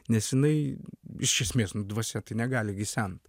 nes jinai iš esmės dvasia tai negali gi sent